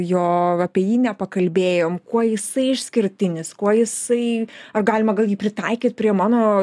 jo apie jį nepakalbėjom kuo jisai išskirtinis kuo jisai ar galima gal jį pritaikyt prie mano